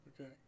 Okay